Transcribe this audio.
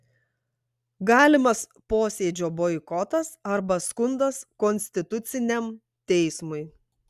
galimas posėdžio boikotas arba skundas konstituciniam teismui